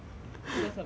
负责 survive 而已